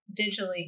digitally